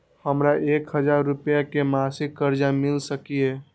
हमरा एक हजार रुपया के मासिक कर्ज मिल सकिय?